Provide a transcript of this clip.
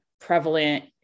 prevalent